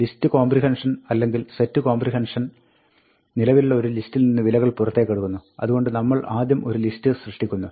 list comprehension അല്ലെങ്കിൽ set comprehension നിലവിലുള്ള ഒരു ലിസ്റ്റിൽ നിന്ന് വിലകൾ പുറത്തേക്കെടുക്കുന്നു അതുകൊണ്ട് നമ്മൾ ആദ്യം ഒരു ലിസ്റ്റ് സൃഷ്ടിക്കുന്നു